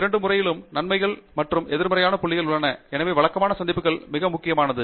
இரண்டு முறையிலும் நன்மைகள் மற்றும் எதிர்மறையான புள்ளிகள் உள்ளன எனவே வழக்கமான சந்திப்புகள் மிக முக்கியமானது